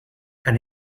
and